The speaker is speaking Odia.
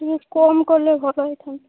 ଟିକେ କମ କଲେ ଭଲ ହୋଇଥାନ୍ତା